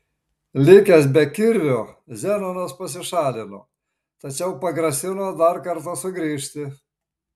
likęs be kirvio zenonas pasišalino tačiau pagrasino dar kartą sugrįžti